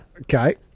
Okay